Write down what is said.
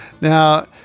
Now